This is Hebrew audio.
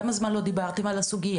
כמה זמן לא דיברתם על הסוגיה?